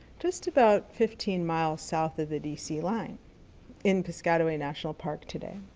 just about fifteen miles south of the dc line in pascoti national park today.